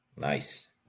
Nice